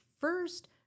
First